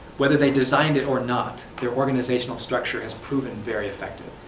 whether they designed it or not, their organizational structure has proven very effective,